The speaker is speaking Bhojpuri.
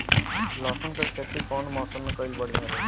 लहसुन क खेती कवने मौसम में कइल बढ़िया रही?